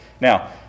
Now